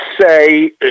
say